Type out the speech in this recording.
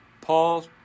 Paul